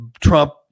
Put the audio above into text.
Trump